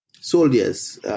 soldiers